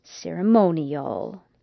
ceremonial